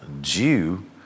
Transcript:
Jew